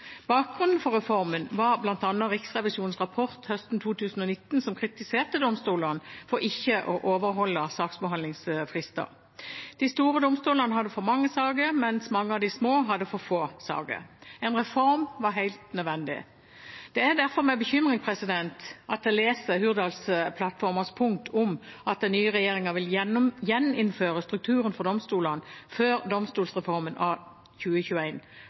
Bakgrunnen for reformen var bl.a. Riksrevisjonens rapport høsten 2019, som kritiserte domstolene for ikke å overholde saksbehandlingsfrister. De store domstolene hadde for mange saker, mens mange av de små hadde for få saker. En reform var helt nødvendig. Det er derfor med bekymring jeg leser Hurdalsplattformens punkt om at den nye regjeringen vil «[g]jeninnføre strukturen for domstolane før domstolsreforma av